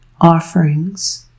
Offerings